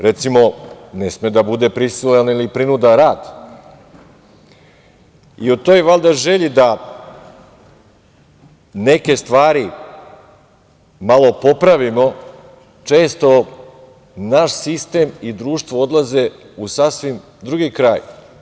Recimo, ne sme da bude prisilan ili prinudan rad i u toj valjda želji da neke stvari malo popravimo, često naš sistem i društvo odlaze u sasvim drugi kraj.